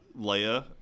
Leia